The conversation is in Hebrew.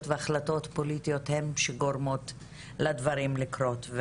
והחלטות פוליטיות הן שגורמות לדברים לקרות.